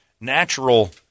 natural